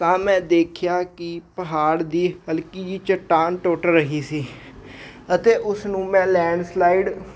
ਤਾਂ ਮੈਂ ਦੇਖਿਆ ਕਿ ਪਹਾੜ ਦੀ ਹਲਕੀ ਜਿਹੀ ਚਟਾਨ ਟੁੱਟ ਰਹੀ ਸੀ ਅਤੇ ਉਸਨੂੰ ਮੈਂ ਲੈਂਡ ਸਲਾਈਡ